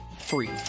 Free